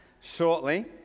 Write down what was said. shortly